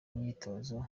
myitozo